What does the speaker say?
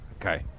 Okay